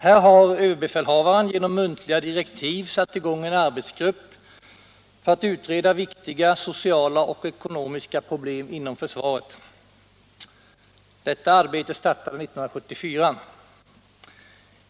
Här har ÖB genom muntliga direktiv satt i gång en arbetsgrupp för att utreda viktiga sociala och ekonomiska problem inom försvaret. Arbetet startade 1974.